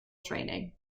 training